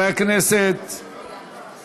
אנחנו עוברים